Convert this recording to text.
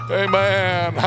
amen